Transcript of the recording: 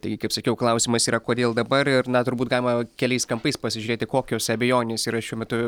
taigi kaip sakiau klausimas yra kodėl dabar ir na turbūt galima keliais kampais pasižiūrėti kokios abejonės yra šiuo metu